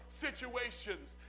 situations